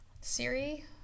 Siri